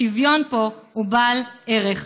שוויון פה הוא בעל ערך.